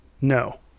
no